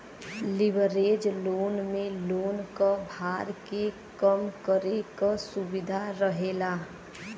leverage loan में loan क भार के कम करे क सुविधा रहेला